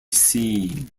seen